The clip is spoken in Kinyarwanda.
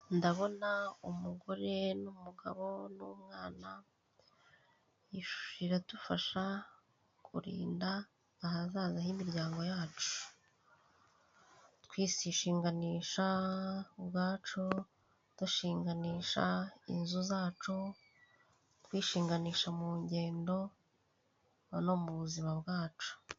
Ndabona umugore n'umugabo n'umwana, iyi shusho iradufasha kurinda ahazaza h'imiryango yacu. Twishinganisha ubwacu, dushinganisha inzu zacu, twishinganisha mu ngendo, no mu buzima bwacu.